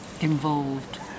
involved